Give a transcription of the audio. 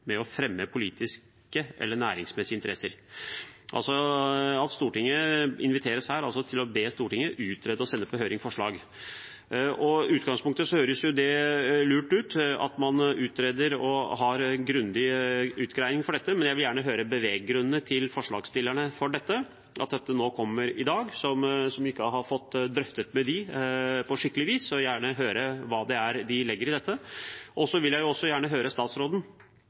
med å fremme politiske eller næringsmessige interesser.» Stortinget inviteres her til å be regjeringen utrede og sende på høring forslag. I utgangspunktet høres det lurt ut at man utreder og har en grundig utgreiing av dette, men jeg vil gjerne høre forslagsstillernes beveggrunner for dette – for at dette kommer i dag, og for at vi ikke har fått drøftet det med dem på skikkelig vis. Jeg vil gjerne høre hva de legger i dette. Jeg vil også gjerne høre statsråden,